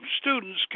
students